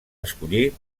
escollir